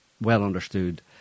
well-understood